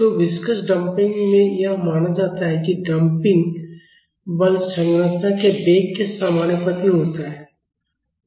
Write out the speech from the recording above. तो viscous damping में यह माना जाता है कि डंपिंग बल संरचना के वेग के समानुपाती होता है